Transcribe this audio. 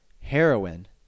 heroin